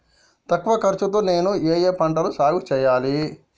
తక్కువ ఖర్చు తో నేను ఏ ఏ పంటలు సాగుచేయాలి?